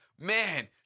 man